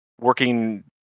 Working